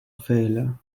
failure